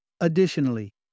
Additionally